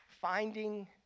Finding